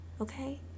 Okay